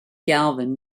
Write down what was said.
galvin